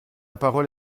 parole